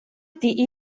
die